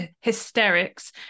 hysterics